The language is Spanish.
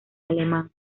alemán